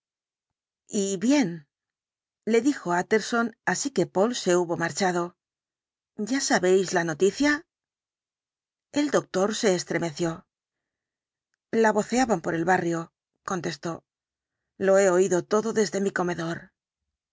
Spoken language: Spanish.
y bien le dijo tjtterson así que poole se hubo marchado ya sabéis la noticia el doctor se estremeció la voceaban por el barrio contestó lo he oído todo desde mi comedor